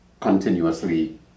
continuously